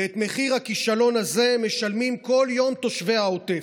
ואת מחיר הכישלון הזה משלמים כל יום תושבי העוטף.